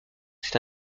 c’est